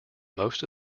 most